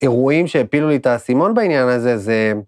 ‫אירועים שהפילו לי את האסימון ‫בעניין הזה, זה...